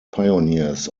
pioneers